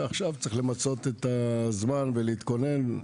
ועכשיו צריך למצות את הזמן ולהתכונן,